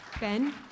Ben